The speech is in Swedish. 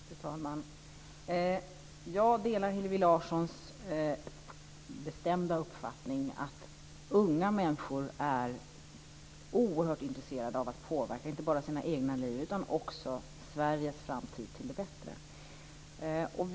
Fru talman! Jag delar Hillevi Larssons bestämda uppfattning att unga människor är oerhört intresserade av att påverka inte bara sitt eget nu utan också Sveriges framtid till det bättre.